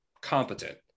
competent